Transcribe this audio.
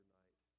night